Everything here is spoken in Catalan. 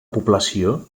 població